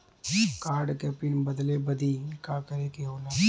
Card क PIN बदले बदी का करे के होला?